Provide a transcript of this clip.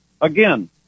Again